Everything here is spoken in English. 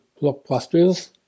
blockbusters